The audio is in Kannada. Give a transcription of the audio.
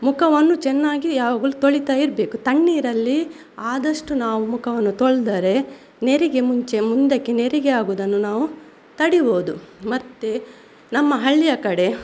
ಮುಖವನ್ನು ಚೆನ್ನಾಗಿ ಯಾವಾಗಲೂ ತೊಳಿತ ಇರಬೇಕು ತಣ್ಣೀರಲ್ಲಿ ಆದಷ್ಟು ನಾವು ಮುಖವನ್ನು ತೊಳೆದರೆ ನೆರಿಗೆ ಮುಂಚೆ ಮುಂದಕ್ಕೆ ನೆರಿಗೆ ಆಗುದನ್ನು ನಾವು ತಡಿಬೋದು ಮತ್ತೆ ನಮ್ಮ ಹಳ್ಳಿಯ ಕಡೆ